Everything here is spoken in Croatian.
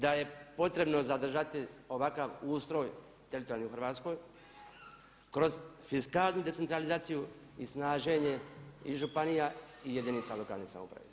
Da je potrebno zadržati ovakav ustroj teritorijalni u Hrvatskoj kroz fiskalnu decentralizaciju i snaženje i županija i jedinica lokalne samouprave.